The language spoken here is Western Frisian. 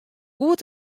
goed